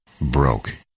broke